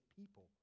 people